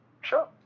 Sure